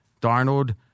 Darnold